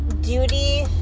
duty